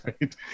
right